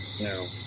No